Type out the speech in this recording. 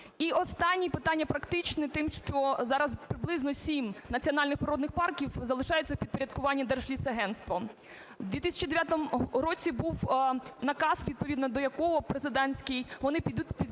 І останнє питання, практичне тим, що зараз приблизно сім національних природних парків залишаються у підпорядкуванні Держлісагентства. В 2009 році був наказ, відповідно до якого, президентський, вони підуть під